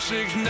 six